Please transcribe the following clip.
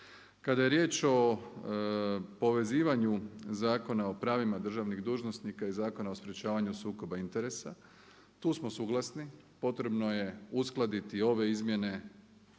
Kada je je riječ o povezivanju zakona o pravima državnih dužnosnika i Zakona o sprječavanju sukoba interesa tu smo suglasni, potrebno je uskladiti ove izmjene